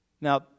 Now